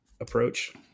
approach